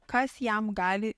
kas jam gali